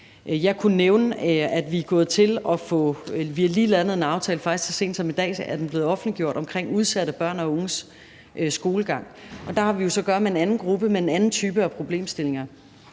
Jeg kunne nævne, at vi lige har landet en aftale – faktisk så sent som i dag er den blevet offentliggjort – om udsatte børn og unges skolegang. Der har vi jo så at gøre med en anden gruppe med en anden type af problemstillinger.